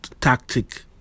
tactic